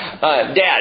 Dad